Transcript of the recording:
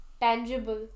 tangible